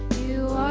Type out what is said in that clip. you